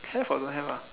have or don't have ah